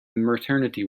maternity